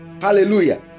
Hallelujah